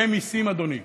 ומיסים, אדוני.